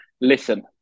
Listen